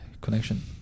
connection